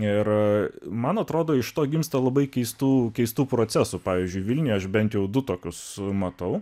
ir man atrodo iš to gimsta labai keistų keistų procesų pavyzdžiui vilniuje aš bent jau du tokius matau